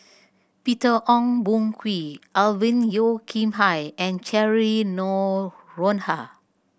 Peter Ong Boon Kwee Alvin Yeo Khirn Hai and Cheryl Noronha